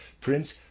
Prince